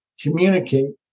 communicate